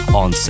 on